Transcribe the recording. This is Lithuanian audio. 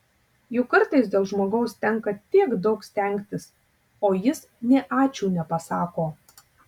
juk kartais dėl žmogaus tenka tiek daug stengtis o jis nė ačiū nepasako